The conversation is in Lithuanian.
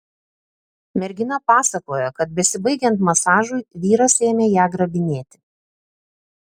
mergina pasakojo kad besibaigiant masažui vyras ėmė ją grabinėti